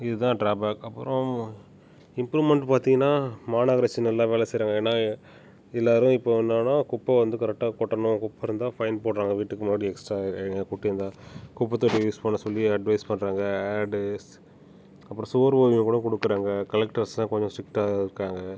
இதுதான் drawback அப்புறம் improvement பார்த்தீங்கனா மாநகராட்சியில் நல்லா வேலை செய்கிறாங்க ஏன்னா எல்லாேரும் இப்போ என்னெனா குப்பை வந்து கரெக்ட்டாக கொட்டணும் குப்பை இருந்தால் ஃபைன் போடுகிறாங்க வீட்டுக்கு முன்னாடி எக்ஸ்ட்ரா கொட்டிருந்தால் குப்பைத்தொட்டி யூஸ் பண்ண சொல்லி அட்வைஸ் பண்ணறாங்க ஆட் அப்புறம் சுவரோவியம் கூட கொடுக்குறாங்க கலக்டெர்ஸெலாம் கொஞ்சம் ஸ்ட்ரிக்ட்டாக இருக்காங்க